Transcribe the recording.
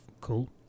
cool